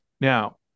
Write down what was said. Now